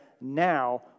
now